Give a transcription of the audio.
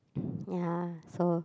yeah so